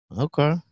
Okay